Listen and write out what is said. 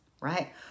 right